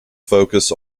focus